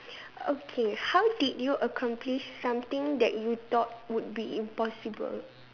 okay how did you accomplish something that you thought would be impossible